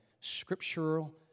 scriptural